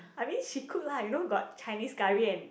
I mean she cook lah you know got Chinese curry and